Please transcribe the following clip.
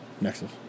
Nexus